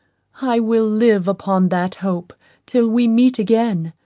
i will live upon that hope till we meet again.